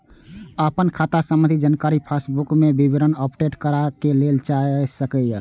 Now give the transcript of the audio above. अपन खाता संबंधी जानकारी पासबुक मे विवरणी अपडेट कराके लेल जा सकैए